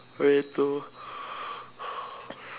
forty two